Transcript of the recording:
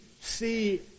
see